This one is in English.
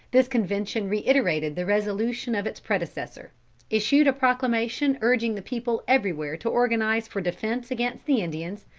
this convention reiterated the resolution of its predecessor issued a proclamation urging the people everywhere to organise for defence against the indians,